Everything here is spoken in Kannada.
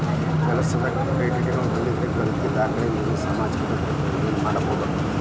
ಕೆಲಸದ್ ಕ್ರೆಡಿಟ್ಗಳನ್ನ ಹೊಂದಿದ್ರ ಗಳಿಕಿ ದಾಖಲೆಮ್ಯಾಲೆ ಸಾಮಾಜಿಕ ಭದ್ರತೆ ಪ್ರಯೋಜನ ಪಡ್ಕೋಬೋದು